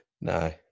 No